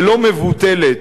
ולא מבוטלת,